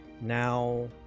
Now